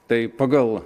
tai pagal